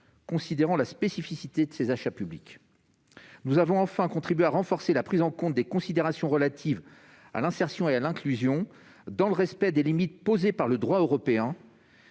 considérant la spécificité de ces achats publics. Nous avons aussi contribué à renforcer la prise en compte des considérations relatives à l'insertion et à l'inclusion, dans le respect des limites posées par le droit européen